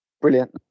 Brilliant